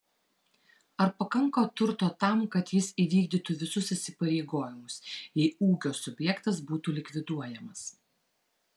ar pakanka turto tam kad jis įvykdytų visus įsipareigojimus jei ūkio subjektas būtų likviduojamas